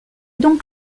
donc